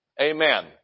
Amen